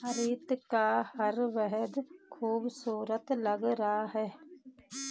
रीता का हार बेहद खूबसूरत लग रहा है